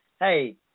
hey